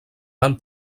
van